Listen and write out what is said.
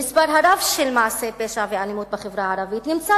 למספר הרב של מעשי פשע ואלימות בחברה הערבית נמצא